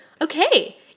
Okay